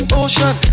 ocean